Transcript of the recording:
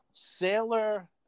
Sailor